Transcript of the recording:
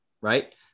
right